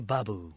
Babu